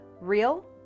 real